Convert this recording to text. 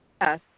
Yes